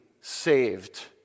saved